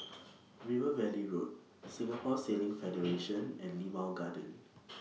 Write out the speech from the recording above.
River Valley Road Singapore Sailing Federation and Limau Garden